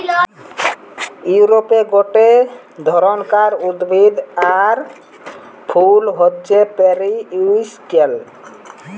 ইউরোপে গটে ধরণকার উদ্ভিদ আর ফুল হচ্ছে পেরিউইঙ্কেল